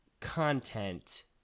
content